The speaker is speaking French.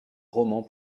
romans